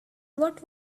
what